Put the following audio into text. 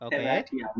Okay